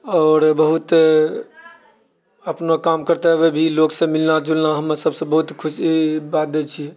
आओर बहुत अपनो काम करते हुए भी लोकसँ मिलना जुलना हमेसभसँ बहुत खुशी बाध्य छियै